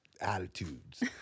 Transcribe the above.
attitudes